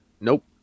Nope